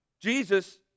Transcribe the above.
Jesus